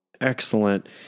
excellent